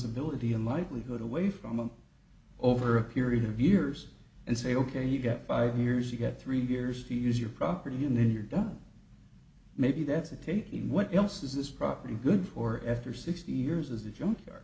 ability unlikelihood away from them over a period of years and say ok you get five years you get three years to use your property and then you're done maybe that's the taking what else is this property good for after sixty years as a junkyard